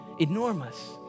enormous